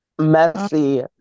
Messy